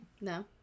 No